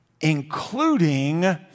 including